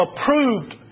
approved